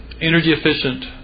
energy-efficient